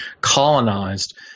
colonized